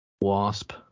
Wasp